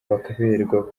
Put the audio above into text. bakaberwa